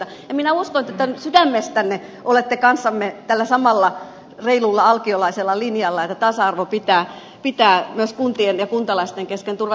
ja minä uskon että te sydämestänne olette kanssamme tällä samalla reilulla alkiolaisella linjalla että tasa arvo pitää myös kuntien ja kuntalaisten kesken turvata